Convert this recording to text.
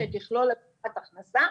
שתכלול הבטחת הכנסה.